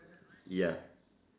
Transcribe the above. ya